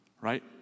right